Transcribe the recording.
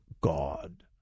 God